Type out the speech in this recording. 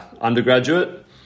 undergraduate